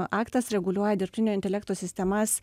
aktas reguliuoja dirbtinio intelekto sistemas